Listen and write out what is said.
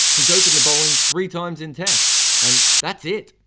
he's opened the bowling three times in tests and that's it.